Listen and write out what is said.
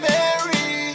Mary